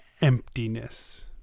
emptiness